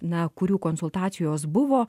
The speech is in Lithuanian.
na kurių konsultacijos buvo